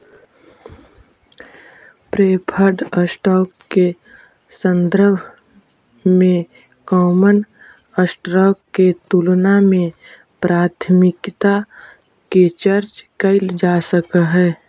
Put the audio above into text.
preferred stock के संदर्भ में कॉमन स्टॉक के तुलना में प्राथमिकता के चर्चा कैइल जा सकऽ हई